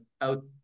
out